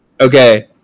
okay